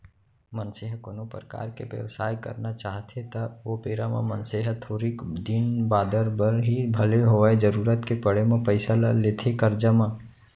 मनसे ह कोनो परकार के बेवसाय करना चाहथे त ओ बेरा म मनसे ह थोरिक दिन बादर बर ही भले होवय जरुरत के पड़े म पइसा ल लेथे करजा म